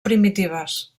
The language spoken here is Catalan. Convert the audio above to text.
primitives